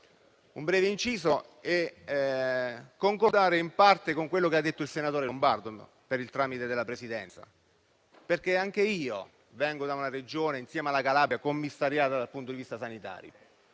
un breve inciso, concordando in parte con quello che ha detto il senatore Lombardo, per il tramite della Presidenza, perché anche io vengo da una Regione che, insieme alla Calabria, è commissariata dal punto di vista sanitario.